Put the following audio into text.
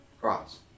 cross